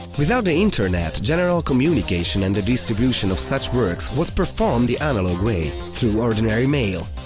without the internet, general communication and the distribution of such works was performed the analog way, through ordinary mail.